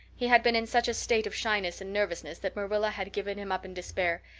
he had been in such a state of shyness and nervousness that marilla had given him up in despair,